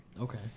Okay